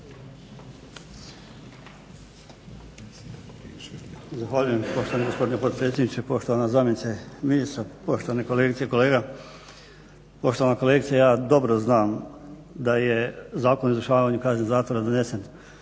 Zahvaljujem poštovani gospodine potpredsjedniče. Poštovana zamjenice ministra, poštovane kolegice i kolege. Poštovana kolegice, ja dobro znam da je Zakon o izvršavanju kazne zatvora donesen